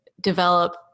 develop